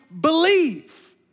believe